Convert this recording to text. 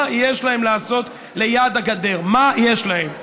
מה יש להם לעשות ליד הגדר, מה יש להם?